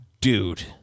Dude